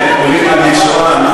ניתן לכן.